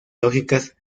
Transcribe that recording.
lógicas